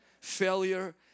Failure